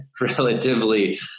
relatively